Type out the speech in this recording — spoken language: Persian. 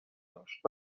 داشت